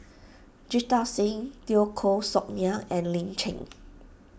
Jita Singh Teo Koh Sock Miang and Lin Chen